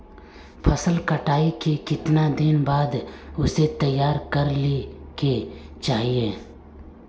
फसल कटाई के कीतना दिन बाद उसे तैयार कर ली के चाहिए?